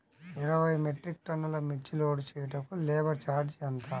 ఇరవై మెట్రిక్ టన్నులు మిర్చి లోడ్ చేయుటకు లేబర్ ఛార్జ్ ఎంత?